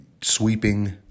sweeping